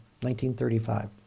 1935